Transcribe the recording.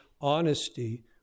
honesty